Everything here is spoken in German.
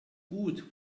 gut